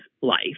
life